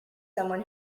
someone